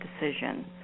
decision